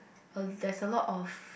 well there's a lot of